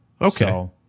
Okay